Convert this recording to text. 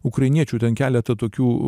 ukrainiečių ten keletą tokių